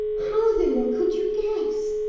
how, then, could you guess?